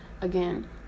again